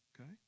Okay